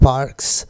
Parks